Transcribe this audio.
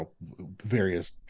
various